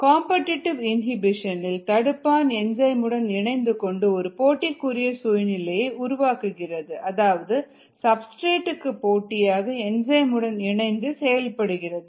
competitive inhibition இல் தடுப்பான் enzyme உடன் இணைந்து கொண்டு ஒரு போட்டிக்குரிய சூழ்நிலையை உருவாக்குகிறது அதாவது சப்ஸ்டிரேட்க்கு போட்டியாக என்சைம் உடன் இணைந்து செயல்படுகிறது